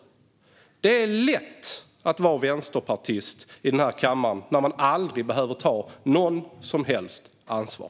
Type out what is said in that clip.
Det är lätt att vara vänsterpartist i den här kammaren när man aldrig behöver ta något som helst ansvar.